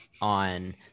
on